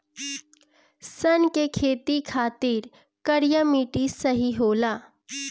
सन के खेती खातिर करिया मिट्टी सही होला